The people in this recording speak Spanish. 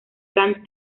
kan